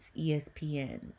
ESPN